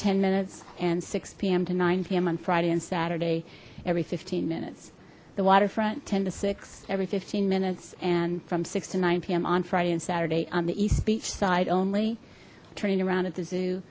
ten minutes and six p m to p m on friday and saturday every fifteen minutes the waterfront ten zero to six zero every fifteen minutes and from six to nine p m on friday and saturday on the east beach side only turning around at the zoo